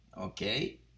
Okay